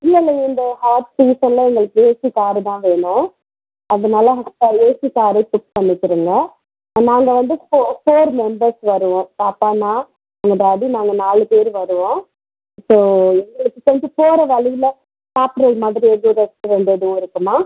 இல்லை இல்லை இந்த அப்படி சொல்ல எங்களுக்கு ஏசி காரு தான் வேணும் அதனால் ஏசி காரே புக் பண்ணிக்கிறேன்ங்க நாங்கள் வந்து ஃபோ ஃபோர் மெம்பர்ஸ் வருவோம் பாப்பா நான் எங்கள் டாடி நாங்கள் நாலு பேர் வருவோம் ஸோ எங்களுக்கு வந்து போகிற வழியில் சாப்பிடுற மாதிரி எதுவும் ரெஸ்டாரண்ட் எதுவும் இருக்குமா